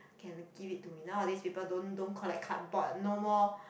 can give it to me nowadays people don't don't collect cardboard no more